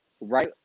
right